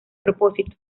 propósito